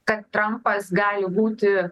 kad trampas gali būti